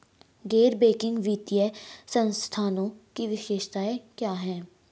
गैर बैंकिंग वित्तीय संस्थानों की विशेषताएं क्या हैं?